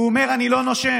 והוא אומר: אני לא נושם,